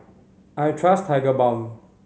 I trust Tigerbalm